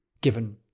given